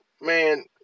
man